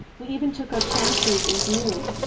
we even took our chances in d wing,